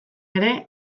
ere